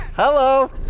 Hello